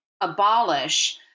abolish